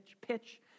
pitch